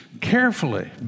carefully